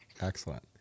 Excellent